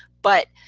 but